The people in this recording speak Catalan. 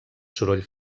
soroll